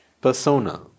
persona